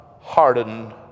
hardened